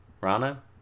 Rana